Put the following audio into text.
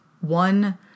one